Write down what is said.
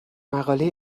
مقاله